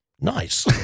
nice